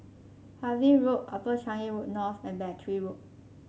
Harvey Road Upper Changi Road North and Battery Road